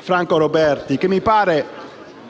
Franco Roberti, che mi sembra di